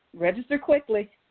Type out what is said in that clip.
register quickly.